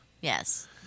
Yes